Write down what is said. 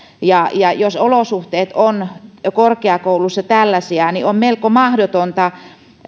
jos olosuhteet ovat korkeakouluissa tällaisia niin on melko mahdotonta